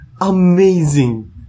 Amazing